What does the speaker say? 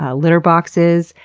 ah litter boxes,